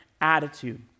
attitude